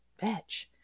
bitch